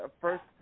first